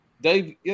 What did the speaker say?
Dave